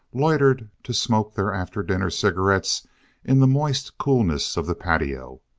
loitered to smoke their after-dinner cigarettes in the moist coolness of the patio.